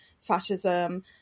fascism